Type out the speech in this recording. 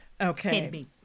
Okay